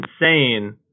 insane